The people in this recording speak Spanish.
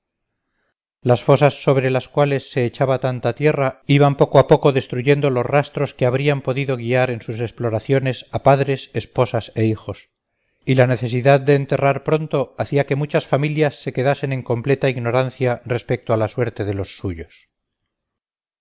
las fosas sobre las cuales se echaba tanta tierra iban poco a poco destruyendo los rastros que habrían podido guiar en sus exploraciones a padres esposas e hijos y la necesidad de enterrar pronto hacía que muchas familias se quedasen en completa ignorancia respecto a la suerte de los suyos